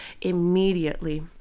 immediately